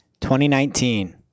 2019